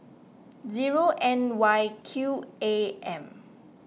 zero N Y Q A M